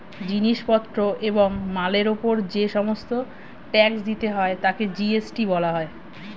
জিনিস পত্র এবং মালের উপর যে সমস্ত ট্যাক্স দিতে হয় তাকে জি.এস.টি বলা হয়